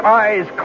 eyes